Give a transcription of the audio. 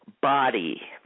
body